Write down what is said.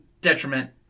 detriment